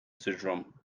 syndrome